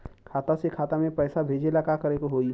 खाता से खाता मे पैसा भेजे ला का करे के होई?